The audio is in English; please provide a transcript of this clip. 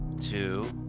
two